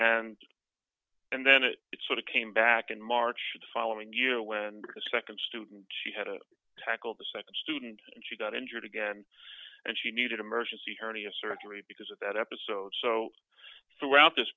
and and then it sort of came back in march the following year when the nd student she had to tackle the nd student and she got injured again and she needed emergency hernia surgery because of that episode so throughout this